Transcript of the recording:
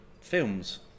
films